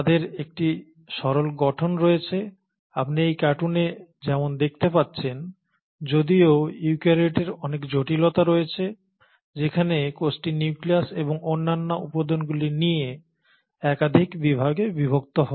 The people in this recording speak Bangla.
তাদের একটি সরল গঠন রয়েছে আপনি এই কার্টুনে যেমন দেখতে পাচ্ছেন যদিও ইউক্যারিওটের অনেক জটিলতা রয়েছে যেখানে কোষটি নিউক্লিয়াস এবং অন্যান্য উপাদানগুলি নিয়ে একাধিক বিভাগে বিভক্ত হয়